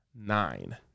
nine